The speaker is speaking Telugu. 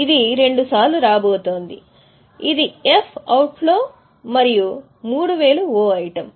ఇది రెండు సార్లు రాబోతోంది ఇది ఎఫ్ అవుట్ ఫ్లో మరియు 3000 'O' ఐటెమ్